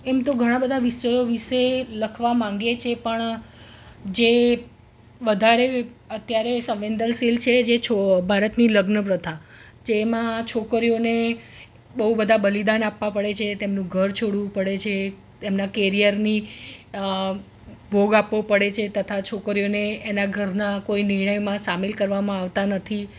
એમ તો ઘણા બધા વિષયો વિશે લખવા માગીએ છીએ પણ જે વધારે અત્યારે સંવેદનશીલ છે જે છો ભારતની લગ્ન પ્રથા જેમાં છોકરીઓને બહુ બધાં બલિદાન આપવા પડે છે તેમનું ઘર છોડવું પડે છે તેમનાં કરીયરની ભોગ આપવો પડે છે તથા છોકરીઓને એનાં ઘરના કોઈ નિર્ણયમાં સામેલ કરવામાં આવતાં નથી